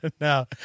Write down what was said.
Now